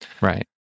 right